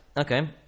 Okay